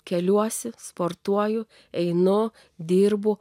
keliuosi sportuoju einu dirbu